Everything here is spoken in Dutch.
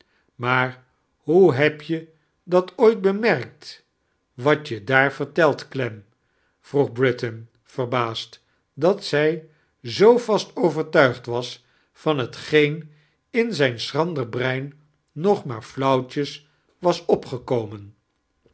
maar hoe heb je dat ooit bemerkt wat j daar vertelt clem vroeg britain verbaasd dat zij zoo vast overtudgd was van heitgeen in zijn schrander brein nog maar flauwbjes was opgekomem